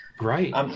right